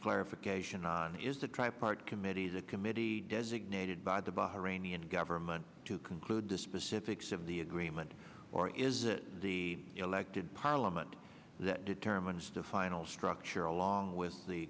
clarification on is the tri part committees a committee designated by the bahraini and government to conclude the specifics of the agreement or is it the elected parliament that determines the final structure along with the